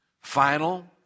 final